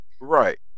Right